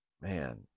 man